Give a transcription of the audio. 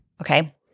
Okay